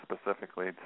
specifically